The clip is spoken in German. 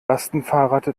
lastenfahrrad